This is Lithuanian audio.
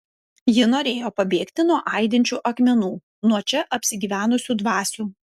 ji norėjo pabėgti nuo aidinčių akmenų nuo čia apsigyvenusių dvasių